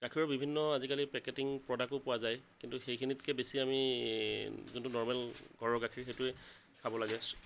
গাখীৰৰ বিভিন্ন আজিকালি পেকেটিং প্ৰডাক্টো পোৱা যায় কিন্তু সেইখিনিতকে বেছি আমি যোনটো নৰ্মেল ঘৰৰ গাখীৰ সেইটোৱে খাব লাগে